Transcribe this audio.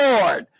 Lord